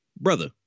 Brother